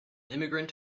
immigrant